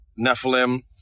Nephilim